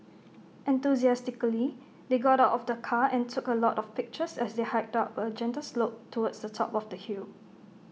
enthusiastically they got out of the car and took A lot of pictures as they hiked up A gentle slope towards the top of the hill